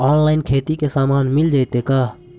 Online खेती के सामान मिल जैतै का?